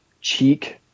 cheek